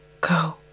go